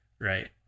Right